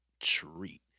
treat